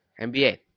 NBA